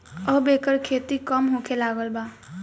अब एकर खेती कम होखे लागल बा